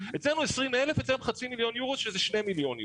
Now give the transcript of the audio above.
אצלנו 20,000 ואצלם חצי מיליון יורו שזה שני מיליון שקל,